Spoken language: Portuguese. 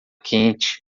quente